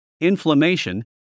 inflammation